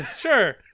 Sure